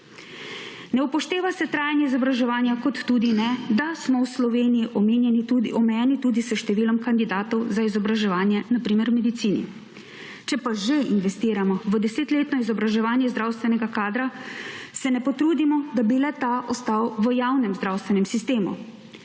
Ne upoštevajo se trajanje izobraževanja, kot tudi ne, da smo v Sloveniji omejeni tudi s številom kandidatov za izobraževanje na primer v medicini. Že pa že investiramo v desetletno izobraževanje zdravstvenega kadra, se ne potrudimo, da bi le-ta ostal v javnem zdravstvenem sistemu.